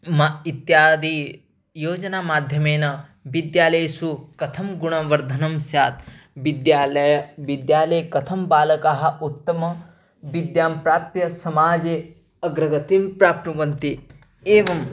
मा इत्यादियोजनमाध्यमेन विद्यालयेषु कथं गुणवर्धनं स्यात् विद्यालये विद्यालये कथं बालकः उत्तमविद्यां प्राप्य समाजे अग्रगतिं प्राप्नुवन्ति एवं